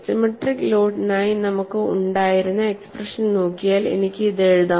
symmetric ലോഡിനായി നമുക്ക് ഉണ്ടായിരുന്ന എക്സ്പ്രഷൻ നോക്കിയാൽ എനിക്ക് ഇത് എഴുതാം